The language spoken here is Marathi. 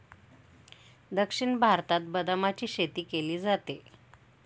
दक्षिण भारतात बदामाची शेती केली जाते